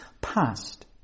past